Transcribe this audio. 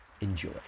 Enjoy